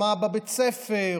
מה בבית הספר.